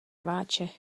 rváče